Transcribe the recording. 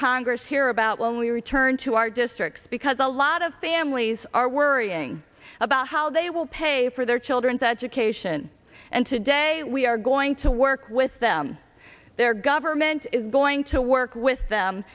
congress hear about when we return to our districts because a lot of families are worrying about how they will pay for their children's education and today we are going to work with them their government is going to work with them